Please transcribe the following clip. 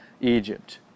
Egypt